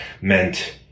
meant